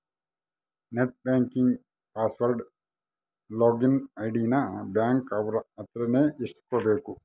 net banking password login ID ನ bank ಅವ್ರ ಅತ್ರ ನೇ ಇಸ್ಕಬೇಕು